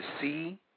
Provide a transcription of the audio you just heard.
see